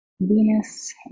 Venus